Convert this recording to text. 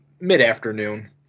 mid-afternoon